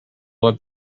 let